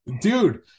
Dude